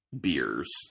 beers